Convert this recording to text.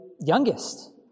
youngest